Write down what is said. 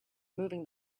moving